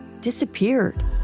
disappeared